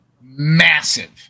massive